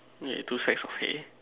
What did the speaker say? yeah two stacks of hay